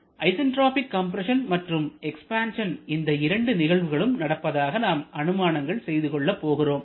isentropic compression மற்றும் expansion இந்த இரண்டு நிகழ்வுகளும் நடப்பதாக நாம் அனுமானங்கள் செய்து கொள்ளப் போகிறோம்